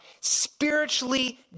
spiritually